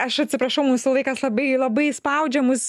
aš atsiprašau mūsų laikas labai labai spaudžia mus